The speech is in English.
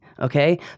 okay